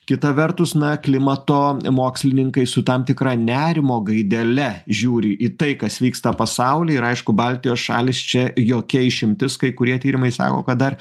kita vertus na klimato mokslininkai su tam tikra nerimo gaidele žiūri į tai kas vyksta pasauly ir aišku baltijos šalys čia jokia išimtis kai kurie tyrimai sako kad dar